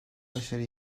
başarı